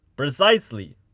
Precisely